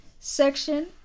section